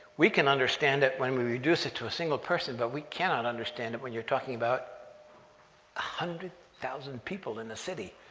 we can understand that when and we we reduce it to a single person, but we can't understand it when you're talking about a hundred thousand people in a city,